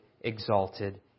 exalted